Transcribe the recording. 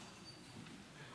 ערב